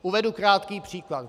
Uvedu krátký příklad.